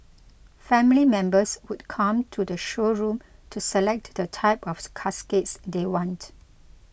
family members would come to the showroom to select the type of caskets they want